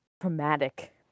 traumatic